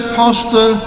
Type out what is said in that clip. pastor